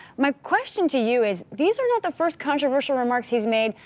my question to you is, these are not the first controversial remarks he's made,